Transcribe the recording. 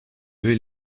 vais